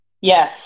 Yes